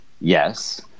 Yes